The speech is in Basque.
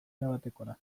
erabatekora